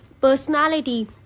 personality